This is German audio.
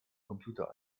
computer